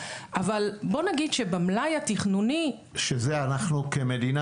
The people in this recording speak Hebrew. אבל בוא נגיד שבמלאי התכנוני --- שבזה אנחנו כמדינה